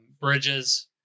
bridges